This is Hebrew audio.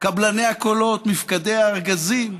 קבלני הקולות, מפקדי הארגזים,